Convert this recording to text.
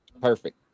Perfect